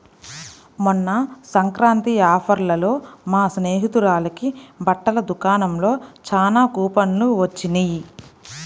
మొన్న సంక్రాంతి ఆఫర్లలో మా స్నేహితురాలకి బట్టల దుకాణంలో చానా కూపన్లు వొచ్చినియ్